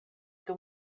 dum